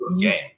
game